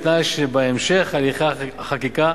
ובתנאי שבהמשך הליכי החקיקה